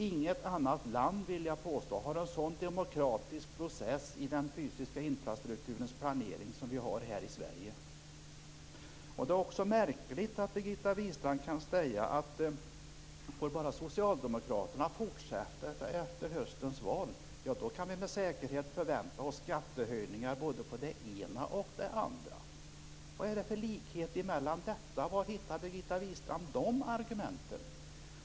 Inget annat land, vill jag påstå, har en så demokratisk process i den fysiska infrastrukturens planering som vi har i Sverige. Det är också märkligt att Birgitta Wistrand kan säga att får bara socialdemokraterna fortsätta efter höstens val kan vi med säkerhet förvänta oss skattehöjningar på både det ena och det andra. Vad har det för likhet med detta? Var hittar Birgitta Wistrand sådana argument?